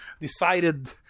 decided